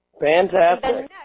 Fantastic